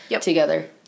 together